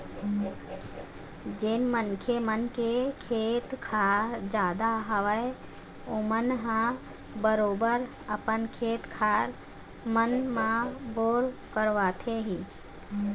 जेन मनखे मन के खेत खार जादा हवय ओमन ह बरोबर अपन खेत खार मन म बोर करवाथे ही